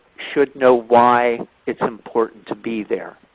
should know why it's important to be there.